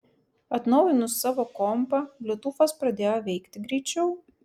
atnaujinus savo kompą bliutūfas pradėjo veikti greičiau